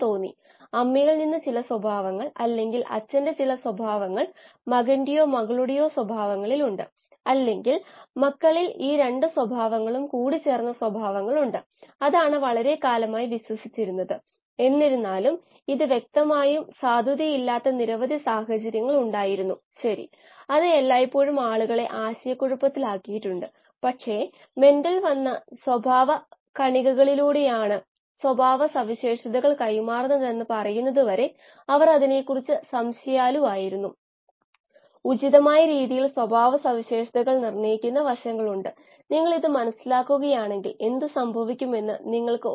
Co2 ലയിച്ച ഓക്സിജന്റെ ഗാഢത പിന്നെ 𝐶∗ ദ്രാവകത്തിലെ സാന്ദ്രത വാതകഘട്ടത്തിന്റെ ഓക്സിജൻ സാന്ദ്രതയുമായി സന്തുലനാവസ്ഥയിലുള്ള ഘട്ടം' ഗ്രാഫിൽ KLa ആണ് ഇവിടെ സ്ലോപ്